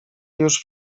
już